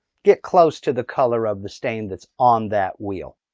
get close to the color of the stain that's on that wheel.